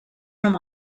from